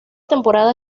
temporada